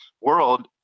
world